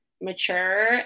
mature